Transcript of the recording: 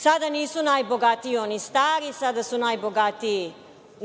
Sada nisu najbogatiji oni stari, sada su najbogatiji